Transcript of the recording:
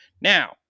now